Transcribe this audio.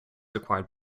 acquired